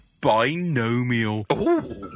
Binomial